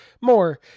more